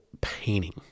painting